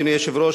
אדוני היושב-ראש,